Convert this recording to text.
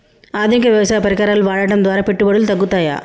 ఆధునిక వ్యవసాయ పరికరాలను వాడటం ద్వారా పెట్టుబడులు తగ్గుతయ?